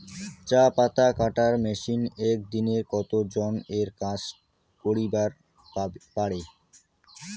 চা পাতা কাটার মেশিন এক দিনে কতজন এর কাজ করিবার পারে?